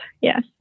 yes